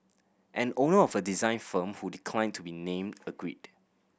an owner of a design firm who declined to be named agreed